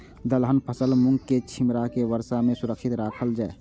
दलहन फसल मूँग के छिमरा के वर्षा में सुरक्षित राखल जाय?